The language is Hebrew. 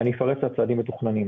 אני אפרט את הצעדים המתוכננים,